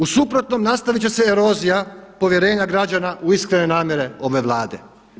U suprotnom nastaviti će se erozija povjerenja građana u iskrene namjere ove Vlade.